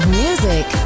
music